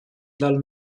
dal